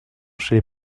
chez